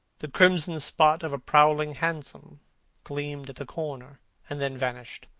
the crimson spot of a prowling hansom gleamed at the corner and then vanished.